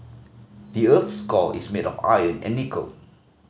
the earth's core is made of iron and nickel